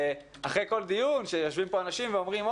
אחרי כל דיון שיושבים פה אנשים ואומרים,